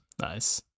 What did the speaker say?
Nice